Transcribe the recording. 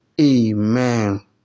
Amen